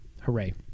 Hooray